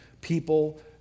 people